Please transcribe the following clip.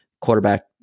quarterback